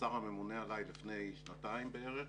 לשר הממונה עליי לפני שנתיים בערך,